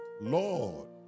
Lord